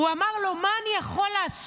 הוא אמר לו: מה אני יכול לעשות?